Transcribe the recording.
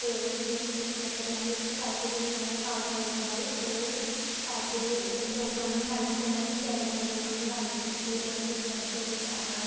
ਅਤੇ ਜਿਵੇਂ ਇੱਕ ਮਤਲਬ ਇਹਨਾਂ ਨੇ ਇੱਕ ਸੁਸਾਈਟੀ ਵੀ ਬਣਾਈ ਹੈ ਖਾਲਸਾ ਏਡ ਵਾਲੀ ਉਹ ਸਾਡੇ ਮਤਲਬ ਲੋਕਾਂ ਦੀ ਹੈਲਪ ਉਹਨਾਂ ਨੇ ਕੇਰਲਾ ਦੇ ਲੋਕਾਂ ਦੀ ਹੈਲਪ ਕੀਤੀ ਉਹਨਾਂ ਨੂੰ ਫਲੱਡ ਤੋਂ ਬਚਾਇਆ